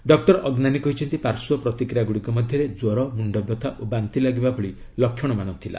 doctor Agnani କହିଛନ୍ତି ପାର୍ଶ୍ୱ ପ୍ରତିକ୍ରିୟାଗୁଡ଼ିକ ମଧ୍ୟରେ କ୍ୱର ମୁଣ୍ଡବ୍ୟଥା ଓ ବାନ୍ତି ଲାଗିବା ଭଳି ଲକ୍ଷଣମାନ ଥିଲା